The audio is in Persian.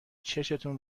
چشتون